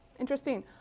interesting.